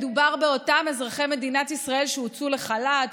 מדובר באותם אזרחי מדינת ישראל שהוצאו לחל"ת,